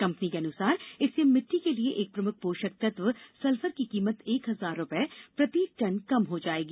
company के अनुसार इससे मिटटी के लिए एक प्रमुख पोषक तत्व सल्फर की कीमत एक हजार रुपये प्रति टन कम हो जाएगी